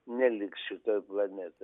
neliks šitoj planetoj